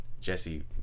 Jesse